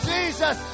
Jesus